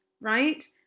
right